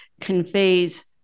conveys